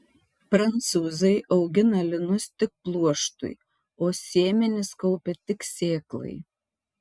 prancūzai augina linus tik pluoštui o sėmenis kaupia tik sėklai